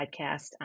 podcast